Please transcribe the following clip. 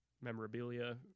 memorabilia